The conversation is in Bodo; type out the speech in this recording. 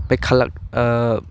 बे कालाक ओह